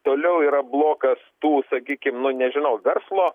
toliau yra blokas tų sakykim nu nežinau verslo